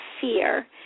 fear